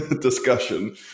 discussion